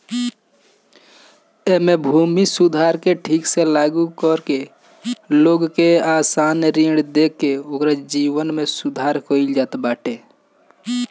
एमे भूमि सुधार के ठीक से लागू करके लोग के आसान ऋण देके उनके जीवन में सुधार कईल जात बाटे